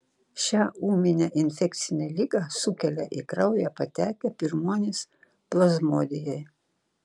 šią ūminę infekcinę ligą sukelia į kraują patekę pirmuonys plazmodijai